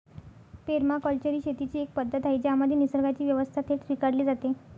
permaculture ही शेतीची एक पद्धत आहे ज्यामध्ये निसर्गाची व्यवस्था थेट स्वीकारली जाते